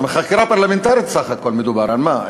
על חקירה פרלמנטרית בסך הכול מדובר, על מה?